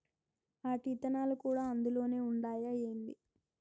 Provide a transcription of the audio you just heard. ఆటి ఇత్తనాలు కూడా అందులోనే ఉండాయా ఏంది